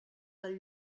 del